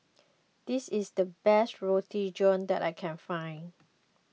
this is the best Roti John that I can find